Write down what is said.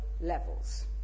levels